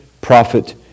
prophet